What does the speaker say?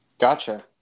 Gotcha